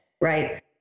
Right